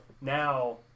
now